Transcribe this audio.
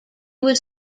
was